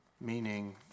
meaning